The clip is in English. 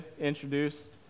introduced